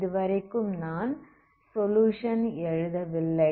இதுவரைக்கும் நான் சொலுயுஷன் எழுதவில்லை